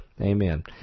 Amen